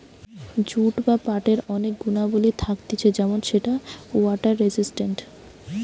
jute বা পাটের অনেক গুণাবলী থাকতিছে যেমন সেটা ওয়াটার রেসিস্টেন্ট